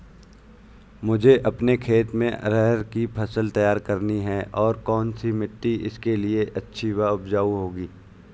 मुझे अपने खेत में अरहर की फसल तैयार करनी है और कौन सी मिट्टी इसके लिए अच्छी व उपजाऊ होगी?